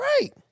Right